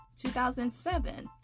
2007